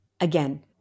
again